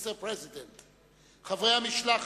Mr. president, חברי המשלחת,